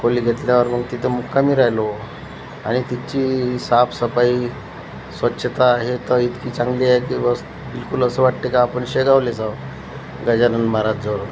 खोली घेतल्यावर मग तिथं मुक्कामी राहिलो आणि तिची साफसफाई स्वच्छता आहे तर इतकी चांगली आहे की बस बिलकुल असं वाटते का आपण शेगावलाच आहोत गजानन महाराजजवळ